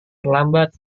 terlambat